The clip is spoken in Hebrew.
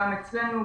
גם אצלנו,